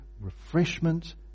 refreshment